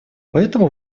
поэтому